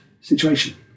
situation